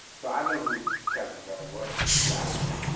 so i knew who katherine dunham was when she got here.